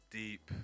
deep